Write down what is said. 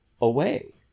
away